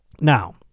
Now